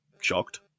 shocked